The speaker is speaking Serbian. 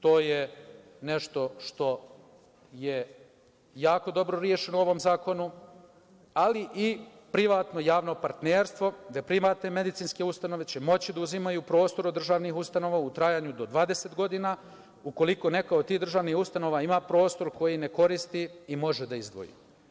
To je nešto što je jako dobro rešeno u ovom zakonu, ali i privatno javno partnerstvo, gde privatne medicinske ustanove će moći da uzimaju prostor od državnih ustanova u trajanju do 20 godina ukoliko neka od tih državnih ustanova ima prostor koji ne koristi i može da izdvoji.